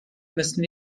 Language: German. müssen